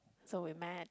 so we met